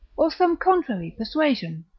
or some contrary persuasion,